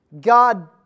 God